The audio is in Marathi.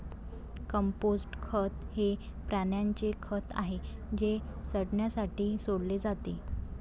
कंपोस्ट खत हे प्राण्यांचे खत आहे जे सडण्यासाठी सोडले जाते